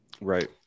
Right